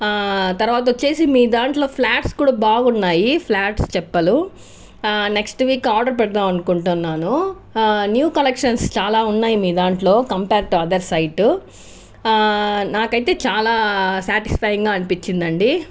తర్వాత వచ్చి మీ దాంట్లో ఫ్లాట్స్ కూడా బాగున్నాయి ఫ్లాట్స్ చెప్పలు నెక్స్ట్ వీక్ ఆర్డర్ పెడదాం అనుకుంటున్నాను న్యూ కలెక్షన్స్ చాలా ఉన్నాయి మీ దాంట్లో కంపేర్ టు అథర్ సైటు నాకైతే చాలా స్యాటిస్ఫయింగ్గా అనిపించింది అండి